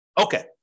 Okay